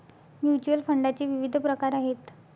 mutual फंडाचे विविध प्रकार आहेत